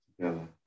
together